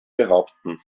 behaupten